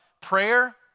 prayer